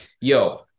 yo